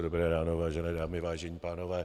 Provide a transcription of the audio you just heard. Dobré ráno, vážené dámy, vážení pánové.